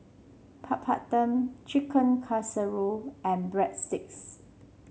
Papadum Chicken Casserole and Breadsticks